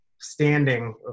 standing